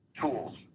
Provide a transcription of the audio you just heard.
tools